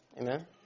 Amen